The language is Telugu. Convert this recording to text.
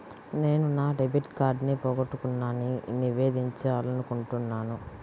నేను నా డెబిట్ కార్డ్ని పోగొట్టుకున్నాని నివేదించాలనుకుంటున్నాను